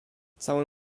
cały